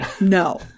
No